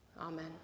Amen